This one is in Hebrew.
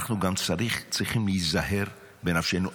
אנחנו גם צריכים להיזהר בנפשנו.